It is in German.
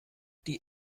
die